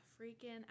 freaking